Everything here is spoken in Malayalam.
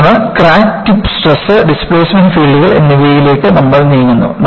തുടർന്ന് ക്രാക്ക് ടിപ്പ് സ്ട്രെസ് ഡിസ്പ്ലേസ്മെന്റ് ഫീൽഡുകൾ എന്നിവയിലേക്ക് നമ്മൾ നീങ്ങുന്നു